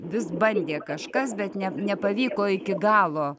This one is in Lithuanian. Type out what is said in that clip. vis bandė kažkas bet nepavyko iki galo